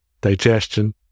digestion